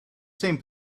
same